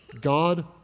God